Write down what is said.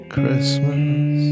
Christmas